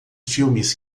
filmes